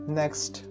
next